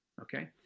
Okay